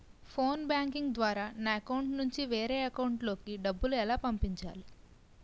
Phone banking ద్వారా నా account నుంచి వేరే అకౌంట్ లోకి డబ్బులు ఎలా పంపించాలి?